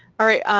alright,